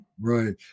right